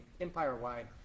empire-wide